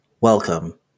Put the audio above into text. Welcome